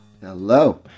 Hello